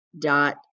dot